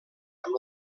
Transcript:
amb